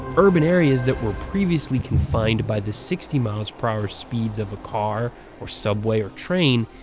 urban areas that were previously confined by the sixty miles per hour speeds of a car or subway or train,